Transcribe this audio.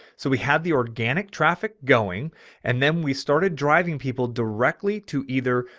so we had the organic traffic going and then we started driving people directly to either.